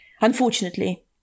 unfortunately